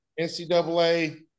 NCAA